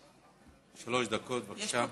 שלוש דקות, בבקשה.